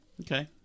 Okay